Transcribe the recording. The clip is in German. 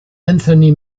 anthony